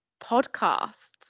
podcasts